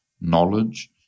knowledge